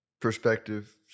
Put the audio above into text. perspective